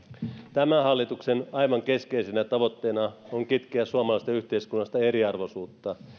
tämän hallituksen aivan keskeisenä tavoitteena on kitkeä suomalaisesta yhteiskunnasta eriarvoisuutta